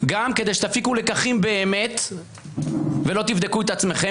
גם כדי שתפיקו לקחים באמת ולא תבדקו את עצמכם,